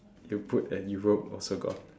you put at Europe also gone